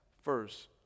first